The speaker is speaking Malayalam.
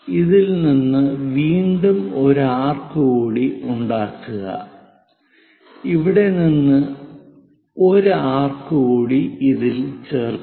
ഇതിൽ നിന്ന് വീണ്ടും ഒരു ആർക് കൂടി ഉണ്ടാക്കുക ഇവിടെ നിന്ന് ഒരു ആർക് കൂടി ഇതിൽ ചേർക്കുക